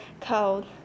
called